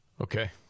Okay